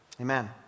Amen